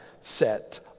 set